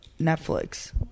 Netflix